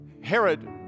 Herod